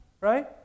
right